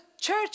church